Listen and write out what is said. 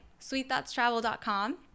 sweetthoughtstravel.com